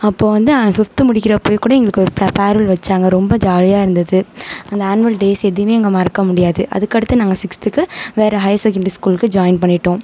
அப்போது வந்து ஃபிஃப்த்து முடிக்கிறப்பயே கூட எங்களுக்க ஒரு ஃபே ஃபேர்வெல் வைச்சாங்க ரொம்ப ஜாலியாக இருந்தது அந்த ஆன்வல் டேஸ் எதையுமே அங்கே மறக்க முடியாது அதுக்கடுத்து நாங்கள் சிக்ஸ்த்துக்கு வேறு ஹையர் செகண்டரி ஸ்கூலுக்கு ஜாயின் பண்ணிவிட்டோம்